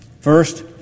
First